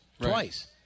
twice